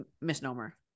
misnomer